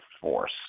force